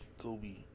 Kobe